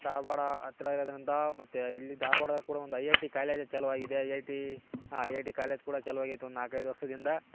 ಧಾರ್ವಾಡ ಹತ್ರ ಇರೋದರಿಂದ ಮತ್ತು ಇಲ್ಲಿ ಧಾರ್ವಾಡ ಕೂಡ ಒಂದು ಐ ಐ ಟಿ ಕಾಲೇಜ್ ಚಲೊವಾಗಿದೆ I I T I I T college ಕೂಡ ಚಾಲು ಆಗೈತಿ ಒಂದು ನಾಲ್ಕೈದು ವರ್ಷದಿಂದ